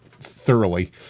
thoroughly